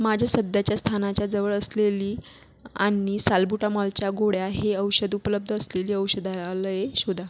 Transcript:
माझ्या सध्याच्या स्थानाच्या जवळ असलेली आणि साल्बुटामॉलच्या गोळ्या हे औषध उपलब्ध असलेली औषधालये शोधा